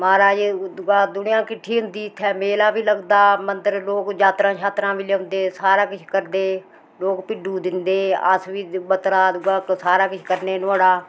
महाराज दूआ दुनियां किट्ठी होंदी इत्थै मेला बी लगदा मंदर लोक यात्रां छात्रां बा लेओंदे सारा किश करदे लोक भिड्डु दिंदे अस बी बत्तरा दूआ सारा किश करने नुहाड़ा